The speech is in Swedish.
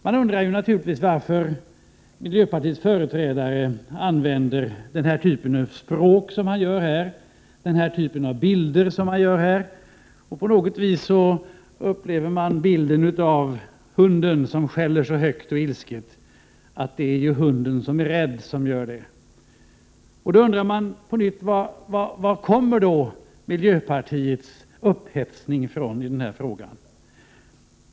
Man undrar naturligtvis varför miljöpartiets företrädare använder den typ av språk som han gör här, varför han använder den typ av bilder som han gör. På något vis upplever jag bilden av hunden som skäller så högt och ilsket därför att den är rädd. Då undrar jag på nytt: Varifrån kommer miljöpartiets upphetsning i den här frågan?